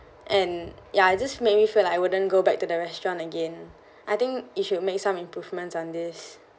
and ya it just make me feel I wouldn't go back to the restaurant again I think it should make some improvements on this